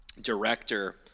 director